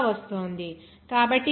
68 గా వస్తోంది